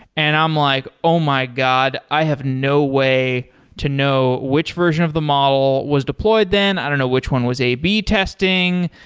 and i'm like, oh my god! i have no way to know which version of the model was deployed then. i don't know which one was a b testing,